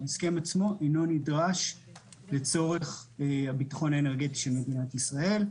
ההסכם עצמו אינו נדרש לצורך הביטחון האנרגטי של מדינת ישראל.